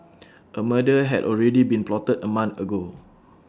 A murder had already been plotted A month ago